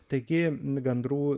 taigi gandrų